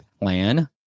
plan